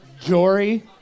Jory